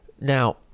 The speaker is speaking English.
Now